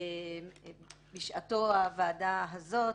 בשעתו הוועדה הזאת,